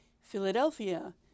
Philadelphia